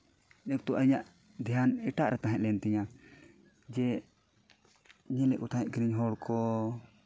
ᱤᱧᱟᱹᱜ ᱫᱷᱮᱭᱟᱱ ᱮᱴᱟᱜ ᱨᱮ ᱛᱟᱦᱮᱸ ᱞᱮᱱ ᱛᱤᱧᱟᱹ ᱡᱮ ᱧᱮᱞᱮᱜ ᱠᱚ ᱛᱟᱦᱮᱱᱟᱹᱧ ᱦᱚᱲ ᱠᱚ